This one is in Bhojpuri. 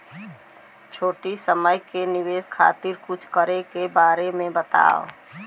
छोटी समय के निवेश खातिर कुछ करे के बारे मे बताव?